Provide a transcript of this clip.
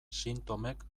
sintomek